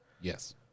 Yes